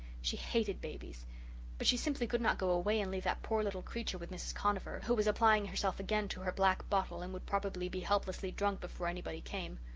she hated babies but she simply could not go away and leave that poor little creature with mrs. conover who was applying herself again to her black bottle and would probably be helplessly drunk before anybody came.